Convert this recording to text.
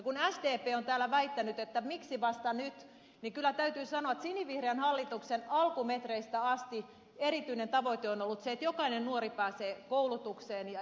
kun sdp on täällä kysynyt että miksi vasta nyt niin kyllä täytyy sanoa että sinivihreän hallituksen alkumetreistä asti erityinen tavoite on ollut se että jokainen nuori pääsee koulutukseen ja saa työtä